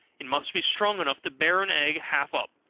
it must be strong enough to bear an egg half up,